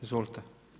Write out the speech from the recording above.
Izvolite.